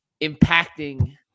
impacting